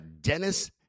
Dennis